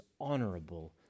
honorable